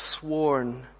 sworn